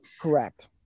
Correct